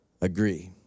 agree